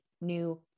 new